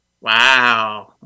Wow